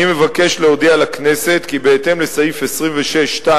אני מבקש להודיע לכנסת כי בהתאם לסעיף 26(2)